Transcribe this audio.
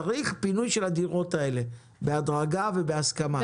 צריך פינוי של הדירות האלה בהדרגה ובהסכמה.